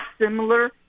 similar